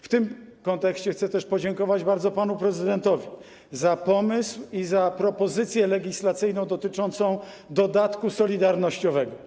W tym kontekście chcę też podziękować bardzo panu prezydentowi za pomysł i za propozycję legislacyjną dotyczącą dodatku solidarnościowego.